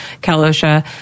Kalosha